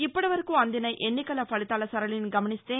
ఇప్పటివరకు అందిన ఎన్నికల ఫలితాల సరళిని గమనిస్తే